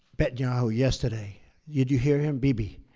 netanyahu yesterday did you hear him, bibi?